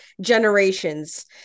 generations